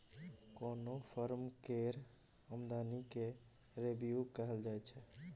कोनो फर्म केर आमदनी केँ रेवेन्यू कहल जाइ छै